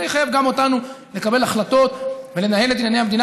זה יחייב גם אותנו לקבל החלטות ולנהל את ענייני המדינה